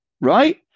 right